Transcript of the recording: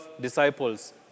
disciples